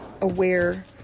aware